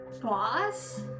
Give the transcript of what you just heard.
boss